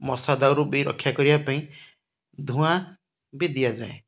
ମଶା ଦାଉରୁ ବି ରକ୍ଷା କରିବା ପାଇଁ ଧୂଆଁ ବି ଦିଆଯାଏ